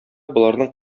боларның